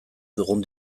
dugun